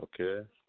okay